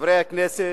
חברי הכנסת,